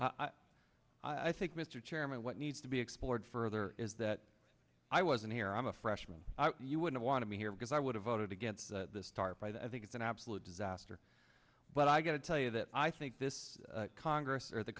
briefing i think mr chairman what needs to be explored further is that i wasn't here i'm a freshman you wouldn't want to be here because i would have voted against this tarp by that i think it's an absolute disaster but i got to tell you that i think this congress or the